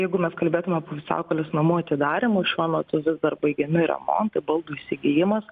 jeigu mes kalbėtume apie pusiaukėlės namų atidarymą šiuo metu vis dar baigiami remontai baldų įsigijimas